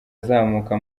azamuka